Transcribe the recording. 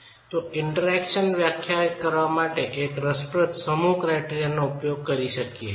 તો ઈન્ટરેકશન વ્યાખ્યાયિત કરવા માટે એક રસપ્રદ સમૂહ ક્રાયટેરિયાનો ઉપયોગ કરી શકીયે છીએ